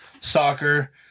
Soccer